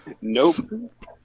nope